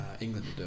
England